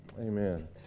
amen